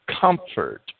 comfort